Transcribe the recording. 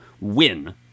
win